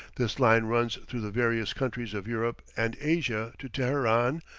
this line runs through the various countries of europe and asia to teheran,